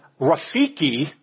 Rafiki